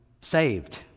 saved